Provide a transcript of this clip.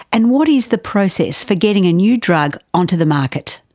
and what is the process for getting a new drug onto the market?